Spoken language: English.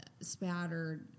spattered